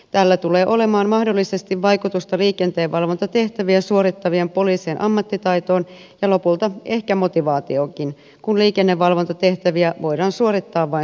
tällä tulee olemaan mahdollisesti vaikutusta liikenteen valvontatehtäviä suorittavien poliisien ammattitaitoon ja lopulta ehkä motivaatioonkin kun liikennevalvontatehtäviä voidaan suorittaa vain satunnaisesti